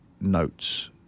notes